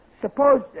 suppose